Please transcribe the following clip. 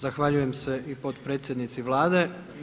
Zahvaljujem se i potpredsjednici Vlade.